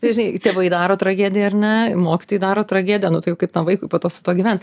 nu žinai tėvai daro tragediją ar ne mokytojai daro tragediją nu tai o kaip tam vaikui po to su tuo gyvent